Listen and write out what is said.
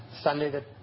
Sunday